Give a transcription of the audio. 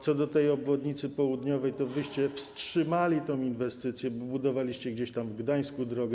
Co do tej obwodnicy południowej, to wyście wstrzymali tę inwestycję, bo budowaliście gdzieś tam w Gdańsku drogę.